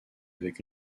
avec